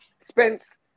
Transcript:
Spence